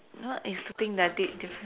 what is the thing like a bit difference